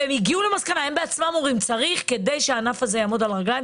הם בעצמם אומרים שכדי הענף הזה יעמוד על הרגליים,